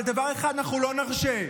דבר אחד אנחנו לא נרשה,